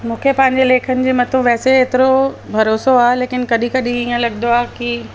मूंखे पंहिंजे लेखन जे मथो वैसे हेतिरो भरोसो आहे लेकिन कॾहिं कॾहिं हीअं लॻंदो आहे की